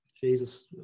Jesus